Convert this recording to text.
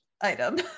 item